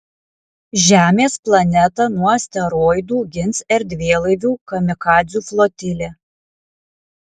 žemės planetą nuo asteroidų gins erdvėlaivių kamikadzių flotilė